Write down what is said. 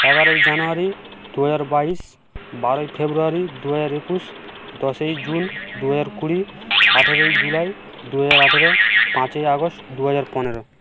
এগারোই জানুয়ারি দুহাজার বাইশ বারোই ফেব্রুয়ারি দুহাজার একুশ দশই জুন দুহাজার কুড়ি আঠেরোই জুলাই দুহাজার আঠেরো পাঁচই আগস্ট দুহাজার পনেরো